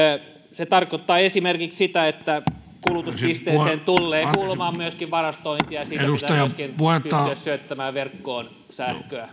se tarkoittaa esimerkiksi sitä että kulutuspisteeseen tullee kuulumaan myöskin varastointia ja siitä pitää myöskin pystyä syöttämään verkkoon sähköä